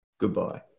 Goodbye